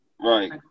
Right